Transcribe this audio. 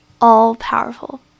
all-powerful